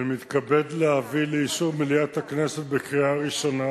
אני מתכבד להביא לאישור מליאת הכנסת בקריאה ראשונה